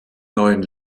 neuen